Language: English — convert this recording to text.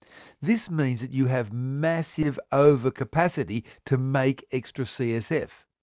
this means that you have massive over-capacity to make extra csf.